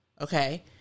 Okay